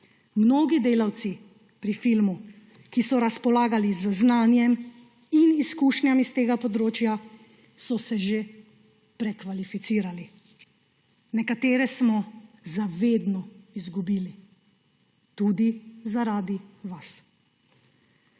Mnogi delavci pri filmu, ki so razpolagali z znanjem in izkušnjami s tega področja, so se že prekvalificirali; nekatere smo za vedno izgubili; tudi zaradi vas.